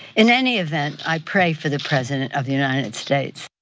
in any event, i pray for the president of the united states.